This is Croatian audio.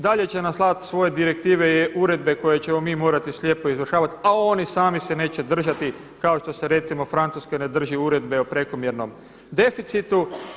Dalje će nam slati svoje direktive i uredbe koje ćemo mi morati slijepo izvršavati, a oni sami se neće držati kao što se recimo Francuska ne drži Uredbe o prekomjernom deficitu.